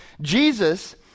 Jesus